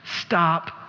stop